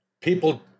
People